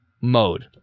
mode